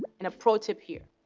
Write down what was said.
and a pro tip here,